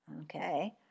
Okay